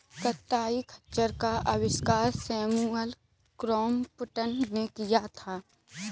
कताई खच्चर का आविष्कार सैमुअल क्रॉम्पटन ने किया था